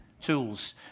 tools